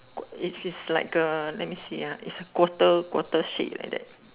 it's it's like a let me see ah its quarter quarter shape like that